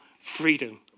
freedom